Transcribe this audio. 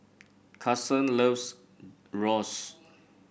Carson loves Gyros